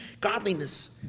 godliness